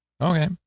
Okay